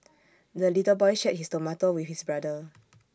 the little boy shared his tomato with his brother